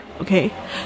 okay